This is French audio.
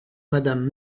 madame